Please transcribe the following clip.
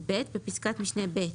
בפסקת משנה (ב),